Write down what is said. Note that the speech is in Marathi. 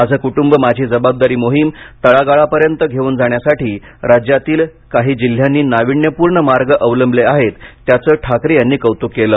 माझे कुटुंब माझी जबाबदारी मोहीम तळागाळापर्यंत घेऊन जाण्यासाठी राज्यातील काही जिल्ह्यांनी नाविन्यपूर्ण मार्ग अवलंबिले आहेत त्याचं ठाकरे यांनी कौतूक केलं